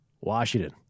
Washington